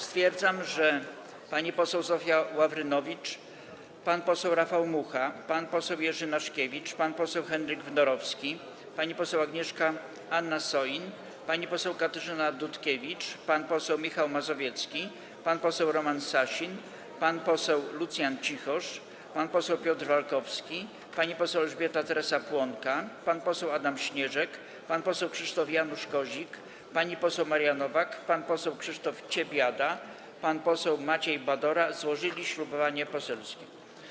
Stwierdzam, że pani poseł Zofia Ławrynowicz, pan poseł Rafał Mucha, pan poseł Jerzy Naszkiewicz, pan poseł Henryk Wnorowski, pani poseł Agnieszka Anna Soin, pani poseł Katarzyna Dutkiewicz, pan poseł Michał Mazowiecki, pan poseł Roman Sasin, pan poseł Lucjan Cichosz, pan poseł Piotr Walkowski, pani poseł Elżbieta Teresa Płonka, pan poseł Adam Śnieżek, pan poseł Krzysztof Janusz Kozik, pani poseł Maria Nowak, pan poseł Krzysztof Ciebiada, pan poseł Maciej Badora złożyli ślubowanie poselskie.